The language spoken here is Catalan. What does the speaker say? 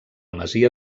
masia